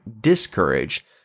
discouraged